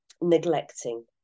neglecting